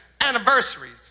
anniversaries